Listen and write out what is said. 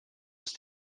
ist